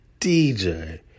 DJ